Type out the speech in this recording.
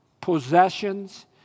possessions